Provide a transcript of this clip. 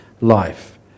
life